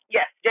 Yes